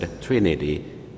Trinity